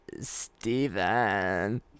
Steven